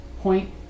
point